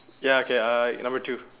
ya okay uh number two